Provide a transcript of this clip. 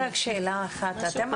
כן.